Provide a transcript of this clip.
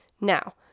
now